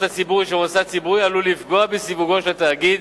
הציבורית של מוסד ציבורי עלול לפגוע בסיווגו של התאגיד